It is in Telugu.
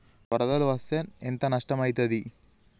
వరదలు వస్తే ఎంత నష్టం ఐతది?